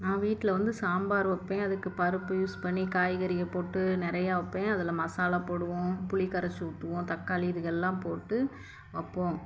நான் வீட்டில வந்து சாம்பார் வைப்பேன் அதுக்கு பருப்பு யூஸ் பண்ணி காய்கறியை போட்டு நிறையா வைப்பேன் அதில் மசாலா போடுவோம் புளி கரைச்சி ஊற்றுவோம் தக்காளி இதுங்கள்லாம் போட்டு வைப்பேன்